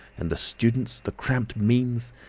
and the students, the cramped means!